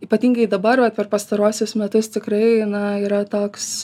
ypatingai dabar vat per pastaruosius metus tikrai na yra toks